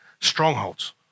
Strongholds